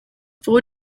four